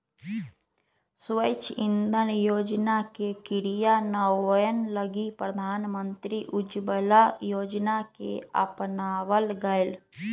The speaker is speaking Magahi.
स्वच्छ इंधन योजना के क्रियान्वयन लगी प्रधानमंत्री उज्ज्वला योजना के अपनावल गैलय